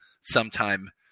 sometime